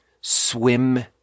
swim